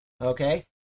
okay